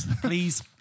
Please